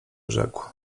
rzekł